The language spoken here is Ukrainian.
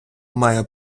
має